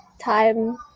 time